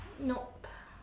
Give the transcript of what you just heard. nope